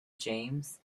james